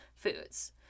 foods